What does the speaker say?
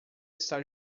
está